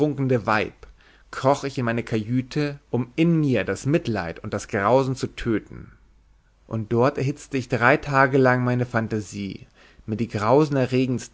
kroch ich in meine kajüte um in mir das mitleid und das grausen zu töten und dort erhitzte ich drei tage lang meine phantasie mir die grausenerregendsten